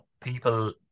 people